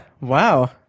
Wow